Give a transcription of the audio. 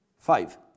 five